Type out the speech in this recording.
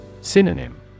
Synonym